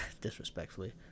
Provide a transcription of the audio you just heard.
disrespectfully